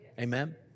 Amen